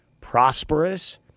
prosperous